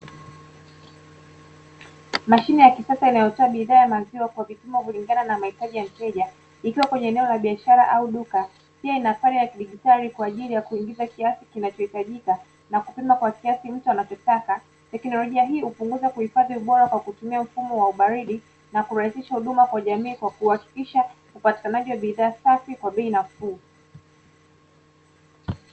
Mashine ya kisasa inayotoa bidhaa ya maziwa kwa vipimo kulingana na mahitaji ya mteja, ikiwa kwenye eneo la biashara au duka. Pia, inafanya kidigitali kwa ajili ya kuingiza kiasi kinachohitajika, na kupima kwa kiasi mtu anavyotaka. Teknolojia hii hupunguza kuhifadhi ubora kwa kutumia mfumo wa ubaridi, na kurahisisha huduma kwa jamii kwa kuhakikisha upatikanaji wa bidhaa safi kwa bei nafuu.